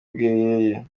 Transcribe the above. bweyeye